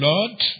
Lord